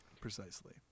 Precisely